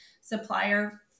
supplier